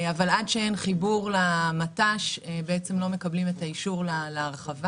אבל עד שאין חיבור למט"ש בעצם לא מקבלים את האישור להרחבה.